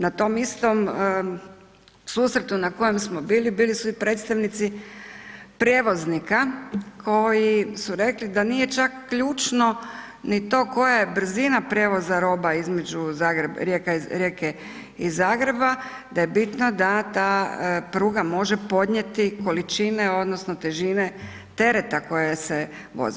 Na tom istom susretu na kojem smo bili bili su i predstavnici prijevoznika koj su rekli da nije čak ključno ni to koja je brzina prijevoza roba između Rijeke i Zagreba, da je bitno da ta pruga može podnijeti količine odnosno težine tereta koje se vozi.